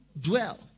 dwell